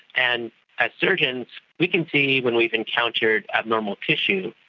and as surgeons we can see when we've encountered abnormal tissue,